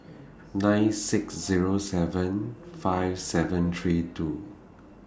nine six Zero seven five seven three two